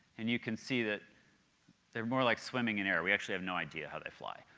and you can see that they're more like swimming in air. we actually have no idea how they fly.